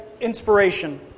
inspiration